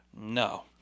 No